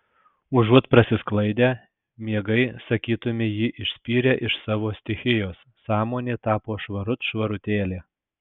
užuot prasisklaidę miegai sakytumei jį išspyrė iš savo stichijos sąmonė tapo švarut švarutėlė